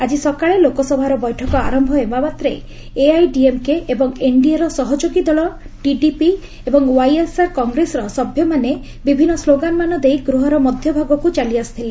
ଆକ୍କି ସକାଳେ ଲୋକସଭାର ବୈଠକ ଆରମ୍ଭ ହେବା ମାତ୍ରେ ଏଆଇଏଡିଏମ୍କେ ଏବଂ ଏନ୍ଡିଏ ର ସହଯୋଗୀ ଦଳ ଟିଡିପି ଏବଂ ୱାଇଏସ୍ଆର୍ କଂଗ୍ରେସର ସଭ୍ୟମାନେ ବିଭିନ୍ନ ସ୍କୋଗାନ୍ମାନ ଦେଇ ଗୃହର ମଧ୍ୟଭାଗକୁ ଚାଲି ଆସିଥିଲେ